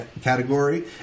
category